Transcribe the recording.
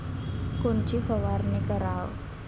कोनची फवारणी कराव?